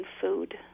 food